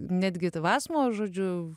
netgi vasmo žodžiu